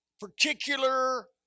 particular